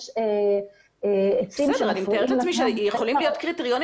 אני מתארת לעצמי שיכולים להיות קריטריונים